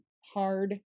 hard